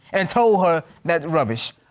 and told her that rubbish.